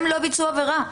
הם לא ביצעו עבירה.